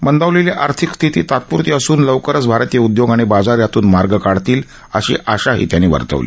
मंदावलेली आर्थिक स्थिती तात्पूरती असून लवकरच भारतीय उदयोग आणि बाजार यातून मार्ग काढतील अशी आशाही त्यांनी वर्तवली